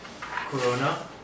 Corona